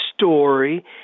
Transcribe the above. story